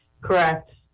Correct